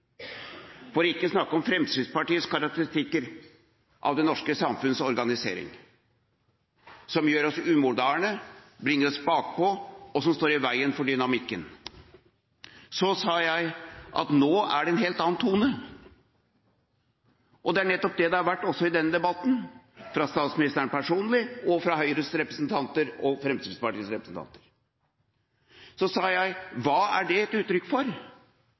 for ikke å snakke om Fremskrittspartiets karakteristikker om at det norske samfunns organisering gjør oss umoderne, bringer oss bakpå og står i veien for dynamikken. Så sa jeg at det nå er en helt annen tone, og det er nettopp det det har vært også i denne debatten fra statsministeren personlig og fra Høyres og Fremskrittspartiets representanter. Så sa jeg: Hva er det et uttrykk for?